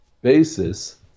basis